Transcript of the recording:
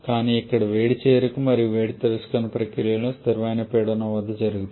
కానీ ఇక్కడ వేడి చేరిక మరియు వేడి తిరస్కరణ ప్రక్రియలు న స్థిరమైన పీడనం వద్ద జరుగుతాయి